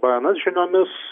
bns žiniomis